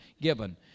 given